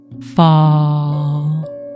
fall